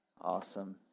Awesome